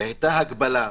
והייתה הגבלה,